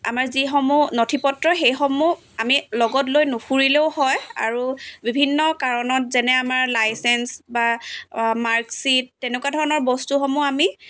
আমাৰ যিসমূহ নথিপত্ৰ সেইসমূহ আমি লগত লৈ নুফুৰিলেও হয় আৰু বিভিন্ন কাৰণত যেনে আমাৰ লাইচেঞ্চ বা মাৰ্কশ্বীট তেনেকুৱা ধৰণৰ বস্তুসমূহ আমি